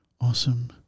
awesome